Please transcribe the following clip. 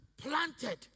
planted